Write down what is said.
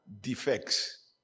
defects